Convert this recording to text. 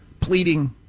Pleading